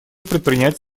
предпринять